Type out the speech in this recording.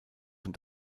und